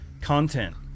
content